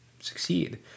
succeed